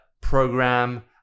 program